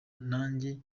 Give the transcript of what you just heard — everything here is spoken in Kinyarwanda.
nanjye